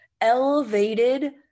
elevated